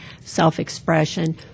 self-expression